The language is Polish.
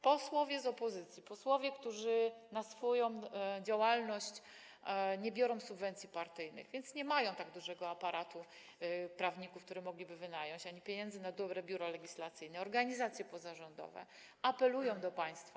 Posłowie z opozycji, posłowie, którzy na swoją działalność nie biorą subwencji partyjnych, więc nie mają tak dużego aparatu prawników, których mogliby wynająć, ani pieniędzy na dobre biuro legislacyjne, i organizacje pozarządowe apelują do państwa: